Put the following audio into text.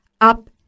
up